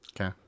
Okay